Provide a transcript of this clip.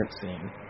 scene